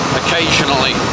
occasionally